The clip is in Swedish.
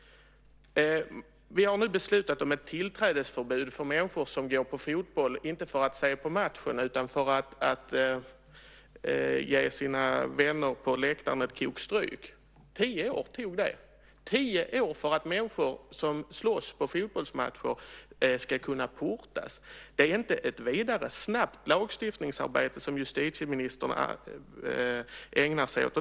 Vi har nu beslutat om ett tillträdesförbud för människor som går på fotboll inte för att se på matchen utan för att ge sina vänner på läktaren ett kok stryk. Tio år tog det. Det tog tio år för att människor som slåss på fotbollsmatcher ska kunna portas! Det är inget vidare snabbt lagstiftningsarbete som justitieministern ägnar sig åt.